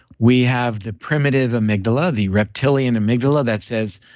we have the primitive amygdala, the reptilian amygdala, that says,